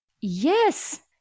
Yes